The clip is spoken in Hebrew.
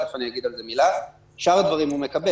אבל את שאר הדברים הוא מקבל.